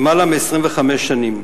למעלה מ-25 שנים.